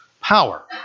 power